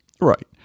right